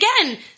again